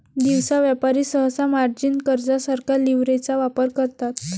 दिवसा व्यापारी सहसा मार्जिन कर्जासारख्या लीव्हरेजचा वापर करतात